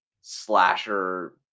slasher